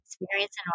experience